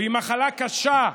והיא מחלה קשה,